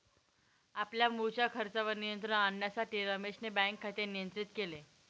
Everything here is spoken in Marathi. आपल्या मुळच्या खर्चावर नियंत्रण आणण्यासाठी रमेशने बँक खाते नियंत्रित केले